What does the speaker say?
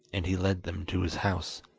and he led them to his house.